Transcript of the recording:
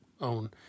own